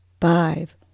five